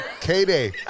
k-day